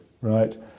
right